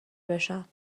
بشم